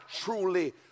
truly